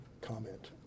comment